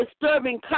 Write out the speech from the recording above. disturbing